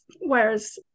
Whereas